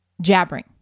jabbering